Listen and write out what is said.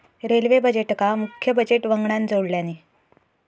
railway बजेटका मुख्य budget वंगडान जोडल्यानी